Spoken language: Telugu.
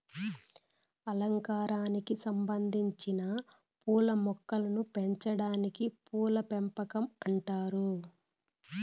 అలంకారానికి సంబందించిన పూల మొక్కలను పెంచాటాన్ని పూల పెంపకం అంటారు